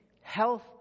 Health